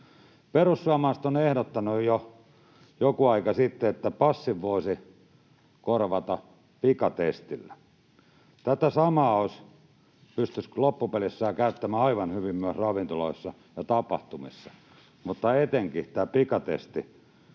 Perussuomalaiset ovat ehdottaneet jo joku aika sitten, että passin voisi korvata pikatestillä. Tätä samaa pystyisi loppupelissä käyttämään aivan hyvin myös ravintoloissa ja tapahtumissa, mutta etenkin tuomalla tämän pikatestin